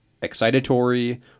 excitatory